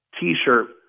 T-shirt